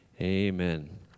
amen